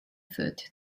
foot